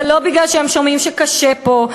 זה לא משום שהם שומעים שקשה פה.